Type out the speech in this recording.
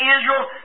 Israel